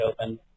open